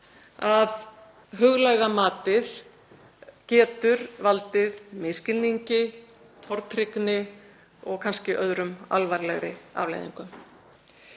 að huglæga matið getur valdið misskilningi, tortryggni og kannski öðrum alvarlegri afleiðingum.